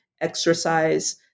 exercise